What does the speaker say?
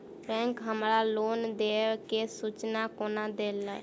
Bank हमरा loan देय केँ सूचना कोना देतय?